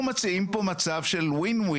אנחנו מציעים פה מצב של win-win